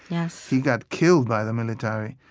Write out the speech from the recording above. yeah he got killed by the military.